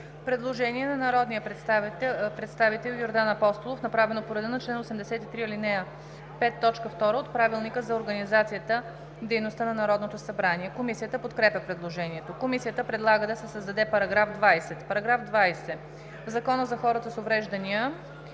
Предложение на народния представител Менда Стоянова, направено по реда на чл. 83, ал. 5, т. 2 от Правилника за организацията и дейността на Народното събрание. Комисията подкрепя предложението. Комисията предлага да се създадат параграфи